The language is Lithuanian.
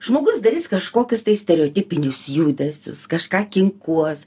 žmogus darys kažkokius tai stereotipinius judesius kažką kinkuos